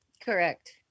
Correct